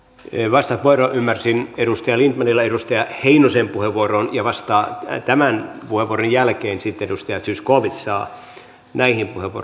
vastauspuheenvuoro ymmärsin edustaja lindtmanilla edustaja heinosen puheenvuoroon ja vasta tämän puheenvuoron jälkeen edustaja zyskowicz saa näihin